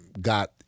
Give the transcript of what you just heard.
got—